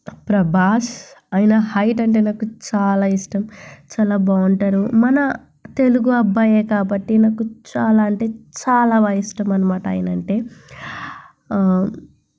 ప్రభాస్ ఆయన హైట్ అంటే నాకు చాలా ఇష్టం చాలా బాగుంటాడు మన తెలుగు అబ్బాయి కాబట్టి నాకు చాలా అంటే చాలా బాగా ఇష్టం అన్నమాట ఆయన అంటే